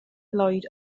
lloyd